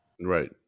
Right